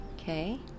Okay